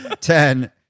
Ten